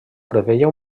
preveia